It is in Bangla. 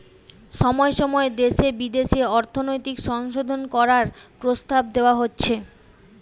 সময় সময় দেশে বিদেশে অর্থনৈতিক সংশোধন করার প্রস্তাব দেওয়া হচ্ছে